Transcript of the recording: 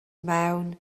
mewn